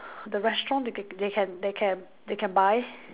the restaurant they can they can they can they can buy